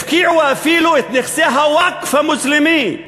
הפקיעו אפילו את נכסי הווקף המוסלמי,